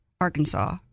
Arkansas